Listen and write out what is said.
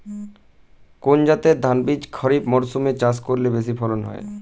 কোন জাতের ধানবীজ খরিপ মরসুম এ চাষ করলে বেশি ফলন হয়?